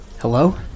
Hello